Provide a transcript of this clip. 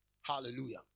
Hallelujah